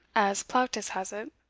as plautus has it,